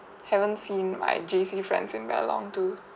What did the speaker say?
haven't seen my J_C friends in very long too